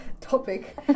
topic